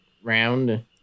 Round